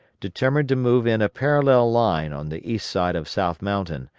determined to move in a parallel line on the east side of south mountain,